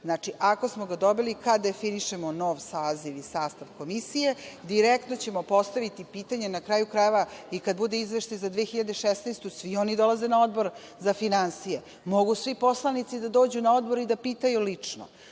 tim. Znači, ako smo ga dobili, kad definišemo nov saziv i sastav komisije, direktno ćemo postaviti pitanje. Na kraju krajeva, i kad bude izveštaj za 2016. godinu, svi oni dolaze na Odbor za finansije. Mogu svi poslanici da dođu na Odbor i da pitaju lično. Zbog